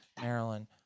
Maryland